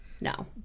No